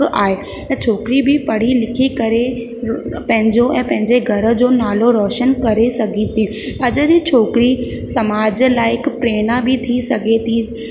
आहे त छोकिरी बि पढ़ी लिखी करे पंहिंजो ऐं पंहिंजे घर जो नालो रौशन करे सघे थी अॼ जे छोकिरी समाज लाइ हिकु प्रेरणा बि थी सघे थी